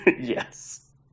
Yes